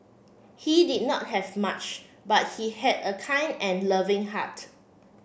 he did not have much but he had a kind and loving heart